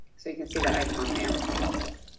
so, you can see that icon there with the levels.